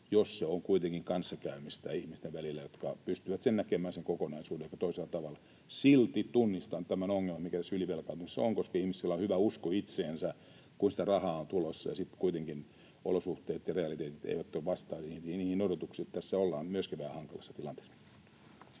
jos se on kanssakäymistä ihmisten välillä, jotka pystyvät näkemään sen kokonaisuuden ehkä toisella tavalla. Silti tunnistan tämän ongelman, mikä ylivelkaantumisessa on, koska ihmisillä on hyvä usko itseensä, kun sitä rahaa on tulossa, ja sitten kuitenkaan olosuhteet ja realiteetit eivät vastaa niihin odotuksiin. Että tässä ollaan myöskin vähän hankalassa tilanteessa.